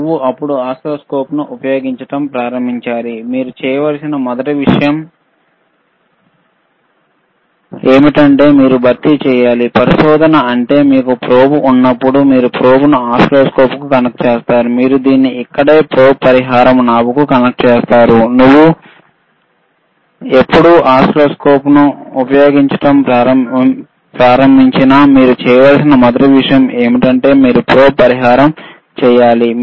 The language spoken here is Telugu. మీరు ఓసిల్లోస్కోప్ ఉపయోగింనప్పుడల్లా ప్రారంభంలో మీరు చేయవలసిన మొదటి విషయం ఏమిటంటే మీరు ప్రోబ్ ని పరిహారం చేయాలి